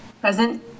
Present